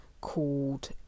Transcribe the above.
called